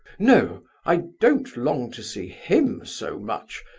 no, i don't long to see him so much.